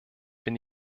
bin